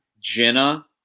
Jenna